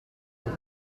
what